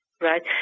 right